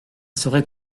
saurait